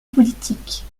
politique